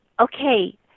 okay